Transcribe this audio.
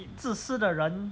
自私的人